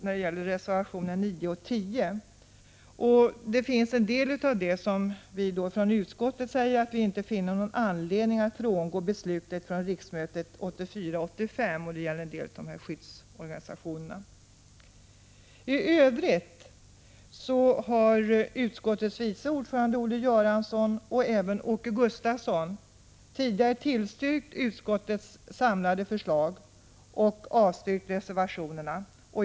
När det gäller en del av skyddsorganisationerna säger vi från utskottets sida att vi inte finner anledning att frångå det beslut som fattades vid riksmötet 1984/85. I övrigt har utskottets vice ordförande Olle Göransson och även Åke Gustavsson tidigare yrkat bifall till utskottets samlade förslag och avslag på reservationerna.